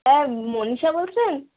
হ্যাঁ মনীষা বলছেন